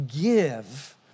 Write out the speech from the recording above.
give